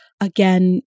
again